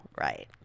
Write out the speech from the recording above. Right